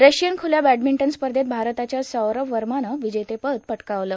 Russian ख्रल्या badminton स्पर्धेत भारताच्या सौरभ वर्मानं विजेतेपद पटकावलं